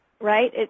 right